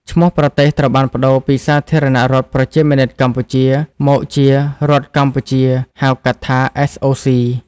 ឈ្មោះប្រទេសត្រូវបានប្តូរពី "សាធារណរដ្ឋប្រជាមានិតកម្ពុជា" មកជា "រដ្ឋកម្ពុជា" ហៅកាត់ថា SOC។